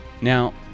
Now